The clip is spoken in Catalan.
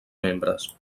membres